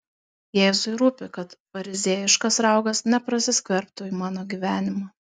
jėzui rūpi kad fariziejiškas raugas neprasiskverbtų į mano gyvenimą